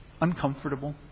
Uncomfortable